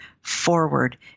forward